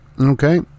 Okay